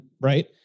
Right